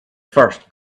first